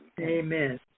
Amen